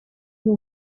you